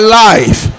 life